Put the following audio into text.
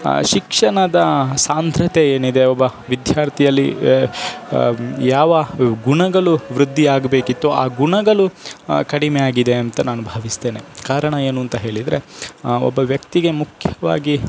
ಶಿಕ್ಷಣದ ಸಾಂದ್ರತೆ ಏನಿದೆ ಒಬ್ಬ ವಿದ್ಯಾರ್ಥಿಯಲ್ಲಿ ಯಾವ ಗುಣಗಳು ವೃದ್ಧಿಯಾಗಬೇಕಿತ್ತು ಆ ಗುಣಗಳು ಕಡಿಮೆಯಾಗಿದೆ ಅಂತ ನಾನು ಭಾವಿಸ್ತೇನೆ ಕಾರಣ ಏನು ಅಂತ ಹೇಳಿದ್ರೆ ಆ ಒಬ್ಬ ವ್ಯಕ್ತಿಗೆ ಮುಖ್ಯವಾಗಿ